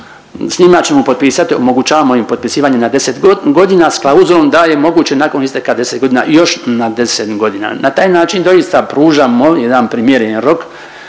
njima ćemo potpisat, omogućavamo im potpisivanje na 10.g. s pauzom da je moguće nakon isteka 10.g. još na 10.g.. Na taj način doista pružamo jedan primjereni rok